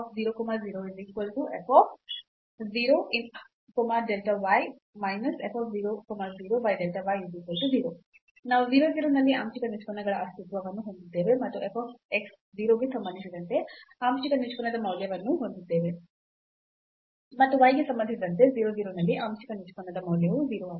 ನಾವು 0 0 ನಲ್ಲಿ ಆಂಶಿಕ ನಿಷ್ಪನ್ನಗಳ ಅಸ್ತಿತ್ವವನ್ನು ಹೊಂದಿದ್ದೇವೆ ಮತ್ತು f x 0 ಗೆ ಸಂಬಂಧಿಸಿದಂತೆ ಆಂಶಿಕ ನಿಷ್ಪನ್ನದ ಮೌಲ್ಯವನ್ನು ಹೊಂದಿದ್ದೇವೆ ಮತ್ತು y ಗೆ ಸಂಬಂಧಿಸಿದಂತೆ 0 0 ನಲ್ಲಿ ಆಂಶಿಕ ನಿಷ್ಪನ್ನದ ಮೌಲ್ಯವು 0 ಆಗಿದೆ